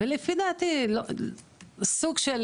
לפי דעתי, סוג של